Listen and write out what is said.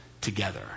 together